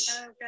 Okay